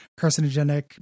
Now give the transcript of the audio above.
carcinogenic